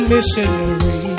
missionary